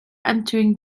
entering